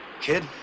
kid